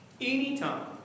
anytime